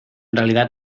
verdad